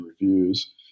Reviews